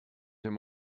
him